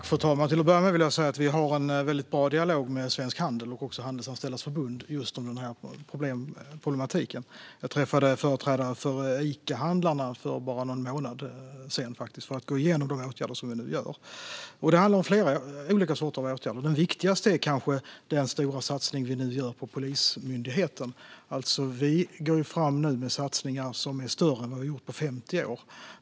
Fru talman! Till att börja med vill jag säga att vi har en bra dialog med Svensk Handel och Handelsanställdas förbund om denna problematik. Jag träffade företrädare för Icahandlarna för bara någon månad sedan för att gå igenom de åtgärder som vi nu vidtar. Det handlar om flera olika åtgärder. Den viktigaste är kanske den stora satsning vi nu gör på Polismyndigheten. De satsningar som vi går fram med nu är större än på 50 år.